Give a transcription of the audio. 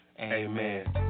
Amen